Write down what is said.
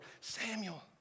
Samuel